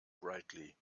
brightly